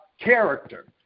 character